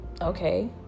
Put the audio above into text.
okay